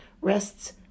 rests